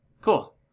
Cool